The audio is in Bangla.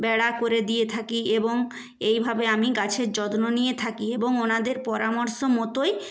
বেড়া করে দিয়ে থাকি এবং এইভাবে আমি গাছের যত্ন নিয়ে থাকি এবং ওনাদের পরামর্শ মতোই